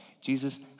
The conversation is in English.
Jesus